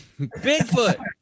Bigfoot